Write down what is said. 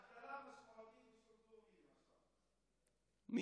הגדלה משמעותית בשירות לאומי,